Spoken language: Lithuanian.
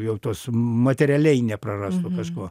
jau tuos materialiai neprarastų kažko